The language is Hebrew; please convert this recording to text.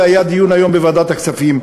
והיה דיון היום בוועדת הכספים.